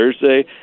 Thursday